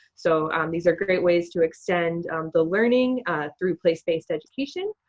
so these are great ways to extend the learning through place-based education,